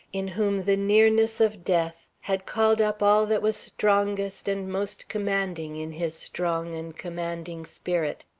in whom the nearness of death had called up all that was strongest and most commanding in his strong and commanding spirit.